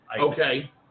Okay